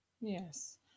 yes